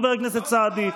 חבר הכנסת סעדי.